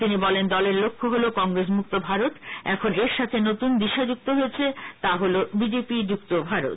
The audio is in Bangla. তিনি বলেন দলের লক্ষ্য হল কংগ্রেস মুক্ত ভারত এখন এর সাথে নতুন দিশা যুক্ত হয়েছে তা হল বিজেপি যুক্ত ভারত